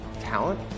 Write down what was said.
talent